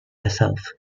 herself